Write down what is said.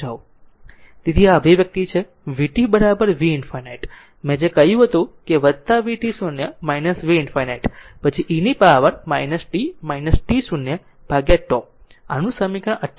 તેથી આ અભિવ્યક્તિ છે vt v ∞ મેં જે કહ્યું તે vt0 v ∞ પછી e power t t0 by τઆનું સમીકરણ 58 છે